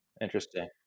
Interesting